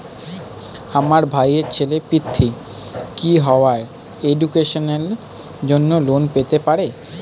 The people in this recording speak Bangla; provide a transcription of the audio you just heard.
আমার ভাইয়ের ছেলে পৃথ্বী, কি হাইয়ার এডুকেশনের জন্য লোন পেতে পারে?